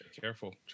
Careful